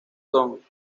son